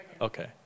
Okay